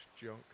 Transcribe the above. junk